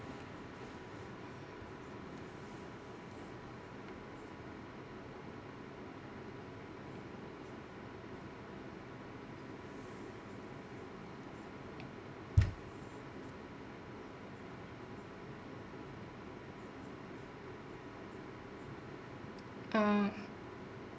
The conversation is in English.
uh